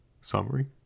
summary